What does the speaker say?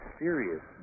serious